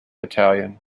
battalion